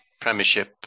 Premiership